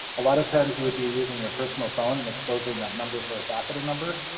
a lot of times you would be using your personal phone and exposing that number for a faculty member.